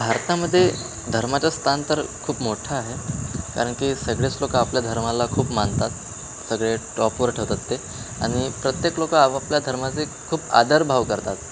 भारतामध्ये धर्माचं स्थान तर खूप मोठा आहे कारण की सगळेच लोक आपल्या धर्माला खूप मानतात सगळे टॉपवर ठेवतात ते आणि प्रत्येक लोक आपापल्या धर्माचे खूप आदरभाव करतात